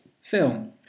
Film